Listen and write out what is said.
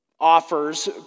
offers